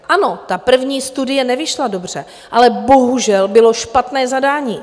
Ano, první studie nevyšla dobře, ale bohužel bylo špatné zadání.